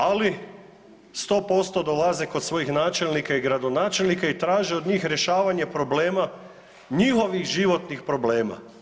Ali sto posto dolaze kod svojih načelnika i gradonačelnika i traže od njih rješavanje problema njihovih životnih problema.